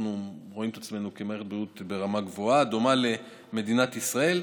אנחנו רואים את עצמנו כמערכת בריאות ברמה גבוהה דומה למדינת ישראל,